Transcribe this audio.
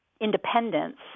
Independence